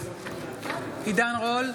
עידן רול,